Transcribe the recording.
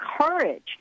courage